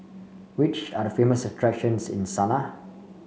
which are the famous attractions in Sanaa